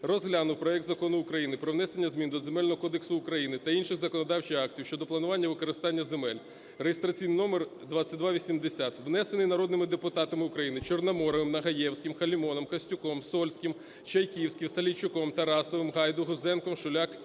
розглянув проект Закону про внесення змін до Земельного кодексу України та інших законодавчих актів щодо планування використання земель (реєстраційний номер 2280), внесений народними депутатами України Чорноморовим, Нагаєвським, Халімоном, Костюком, Сольським, Чайківським, Салійчуком, Тарасовим, Гайду, Гузенком, Шуляк